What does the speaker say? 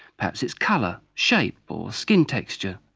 perhaps its colour, shape or skin texture.